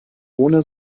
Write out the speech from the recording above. ohne